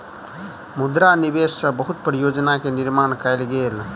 मुद्रा निवेश सॅ बहुत परियोजना के निर्माण कयल गेल